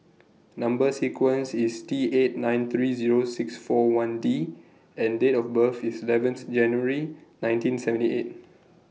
Number sequence IS T eight nine three Zero six four one D and Date of birth IS eleven January nineteen seventy eight